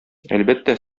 әлбәттә